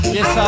Yes